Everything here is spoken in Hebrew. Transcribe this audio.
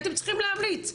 הייתם צריכים להמליץ.